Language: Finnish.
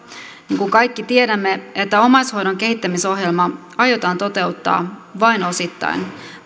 kun kun kaikki tiedämme että omaishoidon kehittämisohjelma aiotaan toteuttaa vain osittain